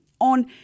on